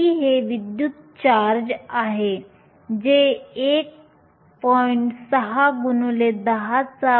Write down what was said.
e हे विद्युत charge electric charge आहे जे 1